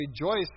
rejoice